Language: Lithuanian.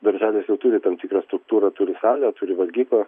darželis jau turi tam tikrą struktūrą turi salę turi valgyklą